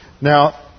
Now